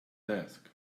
desk